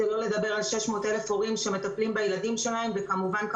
שלא לדבר על 600 אלף הורים שמטפלים בילדים שלהם וכמובן,